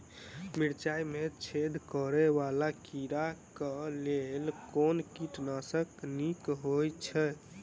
मिर्चाय मे छेद करै वला कीड़ा कऽ लेल केँ कीटनाशक नीक होइ छै?